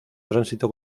tránsito